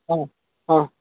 ହଁ ହଁ